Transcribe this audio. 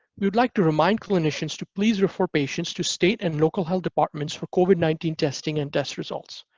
we'd like to remind clinicians to please refer patients to state and local health departments for covid nineteen testing and test results.